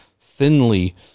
thinly